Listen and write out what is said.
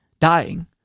dying